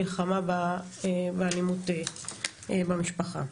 והיא מלחמה באלימות במשפחה.